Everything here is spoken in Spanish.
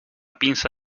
pinza